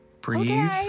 breathe